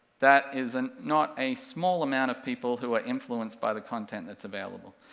that is and not a small amount of people who are influenced by the content that's available.